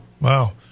Wow